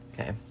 Okay